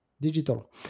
digital